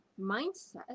mindset